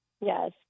Yes